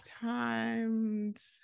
Times